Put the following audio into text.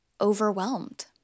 overwhelmed